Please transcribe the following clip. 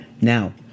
now